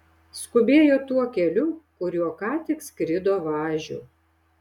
skubėjo tuo keliu kuriuo ką tik skrido važiu